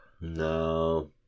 No